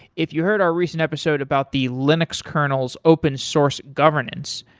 if you heard our recent episode about the linux kernel's open source governance,